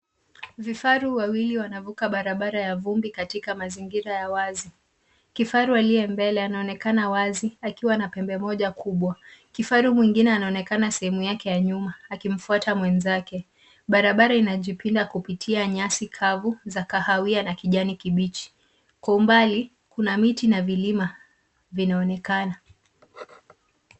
Vifaru wawili wanavuka barabara ya vumbi katika mazingira ya wazi. Kifaru aliye mbele anaonekana wazi akiwa na pembe moja kubwa. Kifaru mwingine anaonekana sehemu yake ya nyuma akimfuata mwenzake. Barabara inajipinda kupitia nyasi kavu za kahawia na kijani kibichi. Kwa umbali kuna miti na vilima vinaonekana.